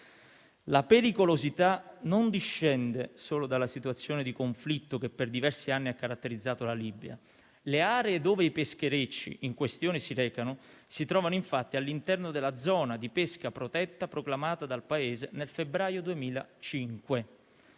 La pericolosità non discende solo dalla situazione di conflitto che per diversi anni ha caratterizzato la Libia. Le aree dove si recano i pescherecci in questione si trovano infatti all'interno della zona di pesca protetta proclamata dal Paese nel febbraio 2005.